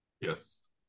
Yes